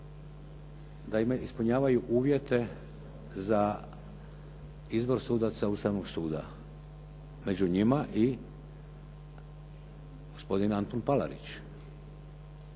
Naime, ispunjavaju uvjete za izbor sudaca Ustavnog suda, među njima i gospodin Antun Palarić.